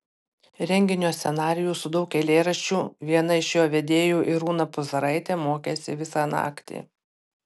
renginio scenarijų su daug eilėraščių viena iš jo vedėjų irūna puzaraitė mokėsi visą naktį